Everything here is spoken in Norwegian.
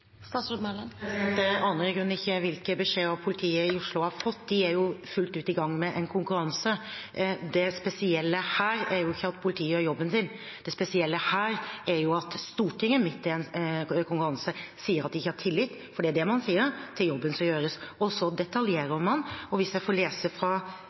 ikke hvilke beskjeder politiet i Oslo har fått. De er jo i full gang med en konkurranse. Det spesielle her er jo ikke at politiet gjør jobben sin, det spesielle her er at Stortinget midt i en konkurranse sier at de ikke har tillit – for det er det man sier – til jobben som gjøres, og så detaljerer man. Hvis jeg får lese fra